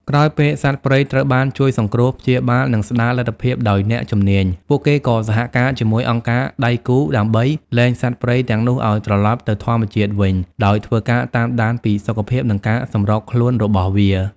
ក្រោយពេលសត្វព្រៃត្រូវបានជួយសង្គ្រោះ ព្យាបាល និងស្តារលទ្ធភាពដោយអ្នកជំនាញ ពួកគេក៏សហការជាមួយអង្គការដៃគូដើម្បី លែងសត្វព្រៃទាំងនោះឲ្យត្រឡប់ទៅធម្មជាតិវិញ ដោយធ្វើការតាមដានពីសុខភាព និងការសម្របខ្លួនរបស់វា។